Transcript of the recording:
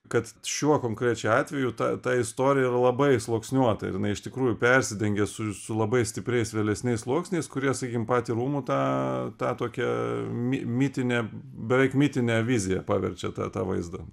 kad šiuo konkrečiu atveju ta ta istorija yra labai sluoksniuota ir jinai iš tikrųjų persidengia su su labai stipriais vėlesniais sluoksniais kurie sakykim patį rūmų tą tą tokią mi mitinę beveik mitine vizija paverčia tą tą vaizdą